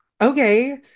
okay